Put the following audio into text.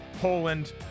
poland